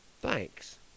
thanks